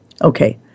Okay